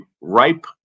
ripe